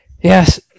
Yes